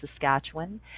Saskatchewan